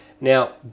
Now